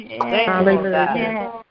Hallelujah